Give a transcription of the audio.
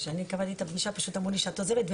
כשקבעתי את הפגישה אמרו לי שאת עוזבת.